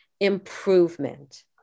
improvement